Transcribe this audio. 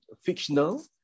fictional